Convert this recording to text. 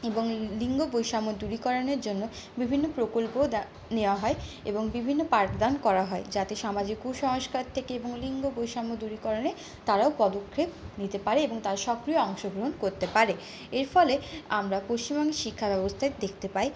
এবং লিঙ্গ বৈষম্য দূরীকরণের জন্য বিভিন্ন প্রকল্পও নেওয়া হয় এবং বিভিন্ন পাঠদান করা হয় যাতে সমাজে কুসংস্কার থেকে এবং লিঙ্গ বৈষম্য দূরীকরণে তারাও পদক্ষেপ নিতে পারে এবং তারা সক্রিয় অংশগ্রহণ করতে পারে এর ফলে আমরা পশ্চিমবঙ্গের শিক্ষা ব্যবস্থায় দেখতে পাই